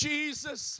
Jesus